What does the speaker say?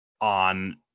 on